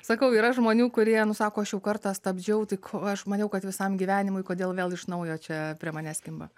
sakau yra žmonių kurie nu sako aš jau kartą stabdžiau tai ko aš maniau kad visam gyvenimui kodėl vėl iš naujo čia prie manęs kimba